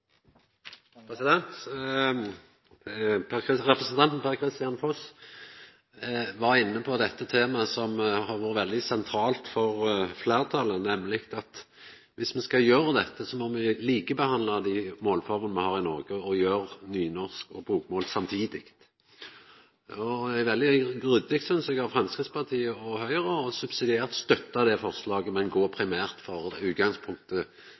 kunne vedtas. Representanten Per-Kristian Foss var inne på dette temaet som har vore veldig sentralt for fleirtalet, nemleg at viss me skal gjera dette, må me likebehandla dei målformene me har i Noreg, og få nynorsk og bokmål samtidig. Det er veldig ryddig, synest eg, av Framstegspartiet og Høgre subsidiært å støtta det forslaget, men at dei primært går for utgangspunktet